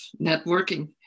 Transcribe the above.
networking